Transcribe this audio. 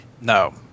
No